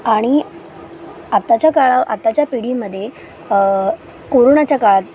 आणि आताच्या काळा आताच्या पिढीमध्ये कोरोनाच्या काळात